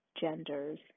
genders